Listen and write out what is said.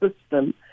system